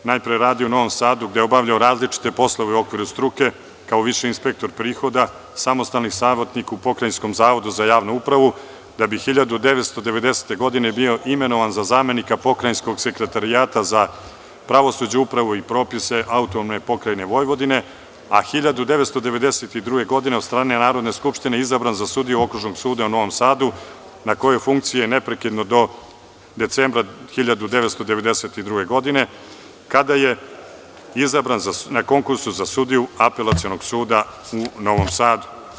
Najpre je radio u Novom Sadu, gde je obavljao različite poslove u okviru struke, kao viši inspektor prihoda, samostalni savetnik u Pokrajinskom zavodu za javnu upravu, da bi 1990. godine bio imenovan za zamenika Pokrajinskog sekretarijata za pravosuđe, upravu i propise AP Vojvodine, a 1992. godine od strane Narodne skupštine je izabran za sudiju Okružnog suda u Novom Sadu, na kojoj funkciji je neprekidno do decembra 1992. godine, kada je izabran na konkursu za sudiju Apelacionog suda u Novom Sadu.